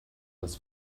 das